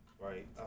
Right